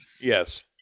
Yes